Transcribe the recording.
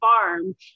farm